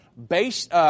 Based